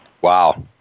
Wow